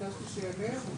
ביקשתי שהוא יעלה.